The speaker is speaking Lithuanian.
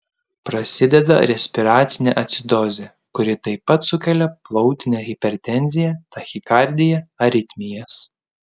prasideda respiracinė acidozė kuri taip pat sukelia plautinę hipertenziją tachikardiją aritmijas